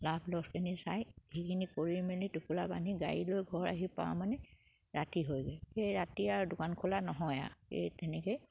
লাভ লছখিনি চাই সেইখিনি কৰি মেলি টোপোলা বান্ধি গাড়ী লৈ ঘৰ আহি পাওঁ মানে ৰাতি হয়গে সেই ৰাতি আৰু দোকান খোলা নহয় আৰু সেই তেনেকে